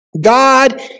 God